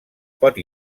pot